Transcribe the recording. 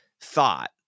thought